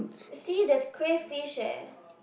see there's cray fish eh